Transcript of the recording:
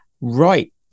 Right